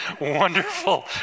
wonderful